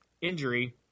injury